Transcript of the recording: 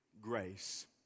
grace